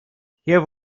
hier